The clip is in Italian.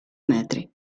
metri